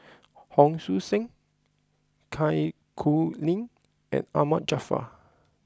Hon Sui Sen Zai Kuning and Ahmad Jaafar